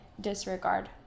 disregard